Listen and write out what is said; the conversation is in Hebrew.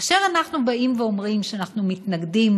כאשר אנחנו באים ואומרים שאנחנו מתנגדים